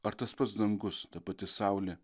ar tas pats dangus ta pati saulė